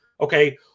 okay